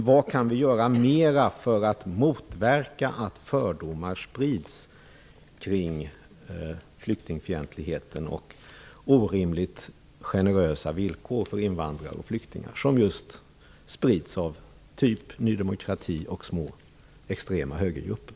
Vad kan vi mer göra för att motverka att fördomar sprids kring flyktingfientligheten och orimligt generösa villkor för invandrare och flyktingar? Det är fördomar som sprids av just Ny demokrati och små extrema högergrupper.